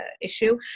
issue